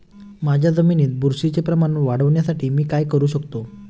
माझ्या जमिनीत बुरशीचे प्रमाण वाढवण्यासाठी मी काय करू शकतो?